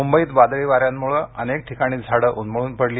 मुंबईत वादळी वाऱ्यांमुळे अनेक ठिकाणी झाडं उन्मळून पडली